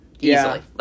Easily